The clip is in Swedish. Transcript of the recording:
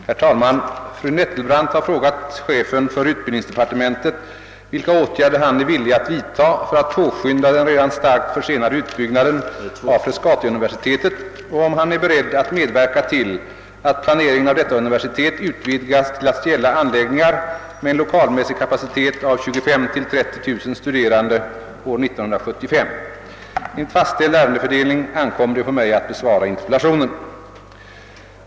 Herr talman! Fru Nettelbrandt har frågat chefen för utbildningsdepartementet vilka åtgärder han är villig att vidtaga för att påskynda den redan starkt försenade utbyggnaden av Frescati-universitetet och om han är beredd att medverka till att planeringen av detta universitet utvidgas till att gälla anläggningar med en lokalmässig kapacitet av 25000—30 000 studerande år 1975. Enligt fastställd ärendefördelning ankommer det på mig att besvara interpellationen.